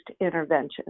interventions